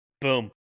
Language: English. Boom